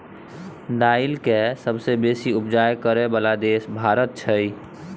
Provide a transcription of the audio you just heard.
दाइल के सबसे बेशी उपज करइ बला देश भारत छइ